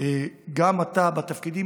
גם אתה בתפקידים,